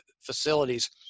facilities